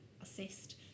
assist